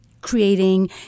creating